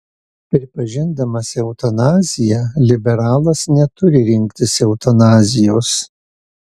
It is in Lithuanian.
pripažindamas eutanaziją liberalas neturi rinktis eutanazijos